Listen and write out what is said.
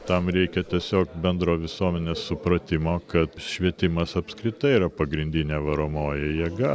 tam reikia tiesiog bendro visuomenės supratimo kad švietimas apskritai yra pagrindinė varomoji jėga